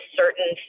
certain